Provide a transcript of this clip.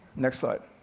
next slide.